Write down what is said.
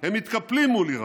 הם מתקפלים מול איראן,